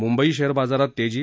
Mumbai share बाजारात तेजी